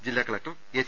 ജില്ലാ collector H